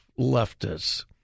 leftists